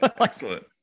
Excellent